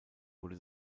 wurde